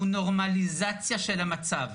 הוא נורמליזציה של המצב.